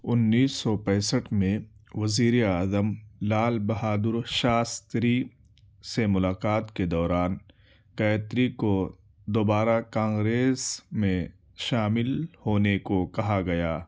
انیس سو پینسٹھ میں وزیر اعظم لال بہادر شاستری سے ملاقات کے دوران گائتری کو دوبارہ کانگریس میں شامل ہونے کو کہا گیا